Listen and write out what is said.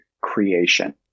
creation